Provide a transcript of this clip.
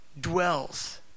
dwells